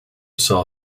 saw